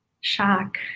shock